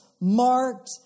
marked